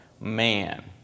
man